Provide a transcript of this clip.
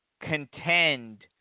contend